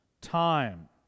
time